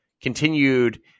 continued